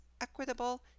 equitable